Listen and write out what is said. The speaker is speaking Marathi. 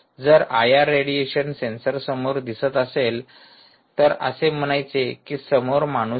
जर आय आर रेडिएशन सेन्सरसमोर दिसत असेल तर असे म्हणायचे कि समोर माणूस आहे